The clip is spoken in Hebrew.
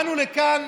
באנו לכאן